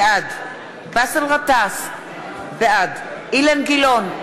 בעד באסל גטאס, בעד אילן גילאון,